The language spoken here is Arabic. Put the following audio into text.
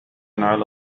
على